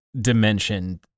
dimension